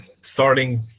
starting